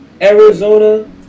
Arizona